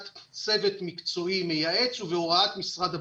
צוות מקצועי מייעץ ובהוראת משרד הבריאות.